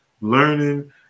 learning